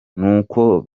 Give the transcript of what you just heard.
n’uko